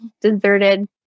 deserted